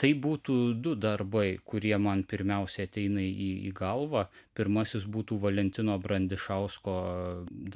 taip būtų du darbai kurie man pirmiausia ateina į į galvą pirmasis būtų valentino brandišausko